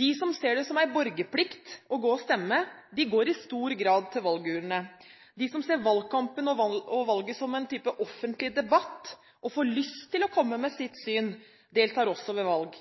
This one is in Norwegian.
De som ser det som en borgerplikt å gå og stemme, går i stor grad til valgurnene. De som ser valgkampen og valget som en offentlig debatt, og får lyst til å komme med sitt syn, deltar også ved valg.